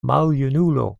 maljunulo